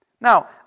now